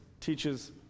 teaches